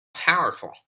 powerful